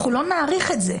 אנחנו לא נאריך את זה.